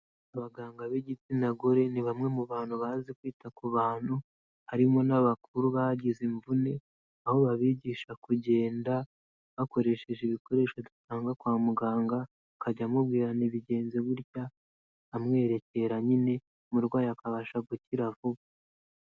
Abaganga b'igitsina gore, ni bamwe mu bantu bazi kwita ku bantu, harimo n'abakuru bagize imvune, aho babigisha kugenda bakoresheje ibikoresho dusanga kwa muganga, akajya amubwira nti bigenze gutya amwerekera nyine, umurwayi akabasha gukira vuba.